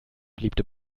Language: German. beliebte